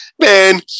Man